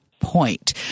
point